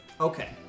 Okay